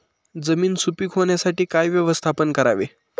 जमीन सुपीक होण्यासाठी काय व्यवस्थापन करावे?